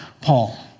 Paul